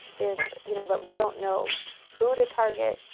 and you know, but we don't know who to target,